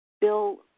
Bill